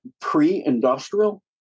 pre-industrial